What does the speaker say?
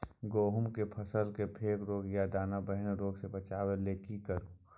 गेहूं के फसल मे फोक रोग आ दाना विहीन रोग सॅ बचबय लेल की करू?